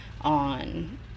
on